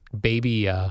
baby